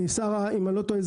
אם אני לא טועה,